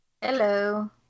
Hello